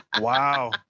Wow